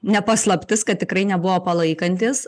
ne paslaptis kad tikrai nebuvo palaikantys